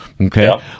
Okay